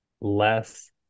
less